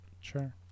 Sure